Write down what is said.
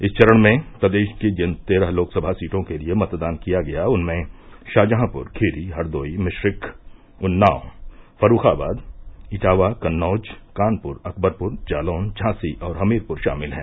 इस चरण में प्रदेश की जिन तेरह लोकसभा सीटों के लिये मतदान किया गया उनमें शाहजहांपुर खीरी हरदोई मिश्रिख उन्नाव फर्रुखाबाद इटावा कन्नौज कानपुर अकबरपुर जालौन झांसी और हमीरपुर शामिल हैं